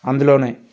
అందులోనే